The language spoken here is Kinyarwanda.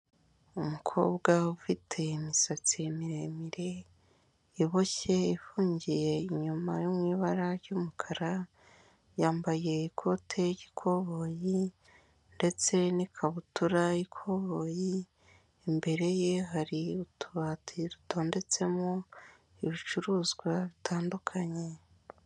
Umukobwa ufite imisatsi miremire, iboshye, ifungiye inyuma yo mu ibara ry'umukara, yambaye ikote ry'ikoboyi, ndetse n'ikabutura y'ikuboye, imbere ye hari utubati dutondetsemo ibicuruzwa bitandukanye.